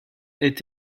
est